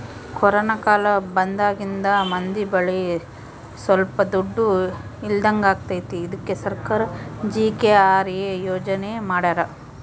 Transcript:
corona ಕಾಲ ಬಂದಾಗಿಂದ ಮಂದಿ ಬಳಿ ಸೊಲ್ಪ ದುಡ್ಡು ಇಲ್ದಂಗಾಗೈತಿ ಅದ್ಕೆ ಸರ್ಕಾರ ಜಿ.ಕೆ.ಆರ್.ಎ ಯೋಜನೆ ಮಾಡಾರ